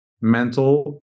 mental